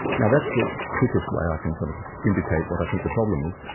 now that's the quickest way i can kind of indicate what i think the problem is,